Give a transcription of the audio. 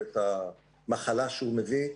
ואת המחלה שהוא מביא.